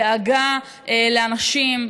דאגה לאנשים,